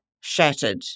shattered